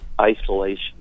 isolation